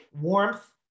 warmth